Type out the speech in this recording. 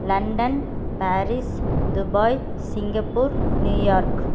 London Paris Dubai Singapore New York